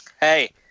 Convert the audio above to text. Hey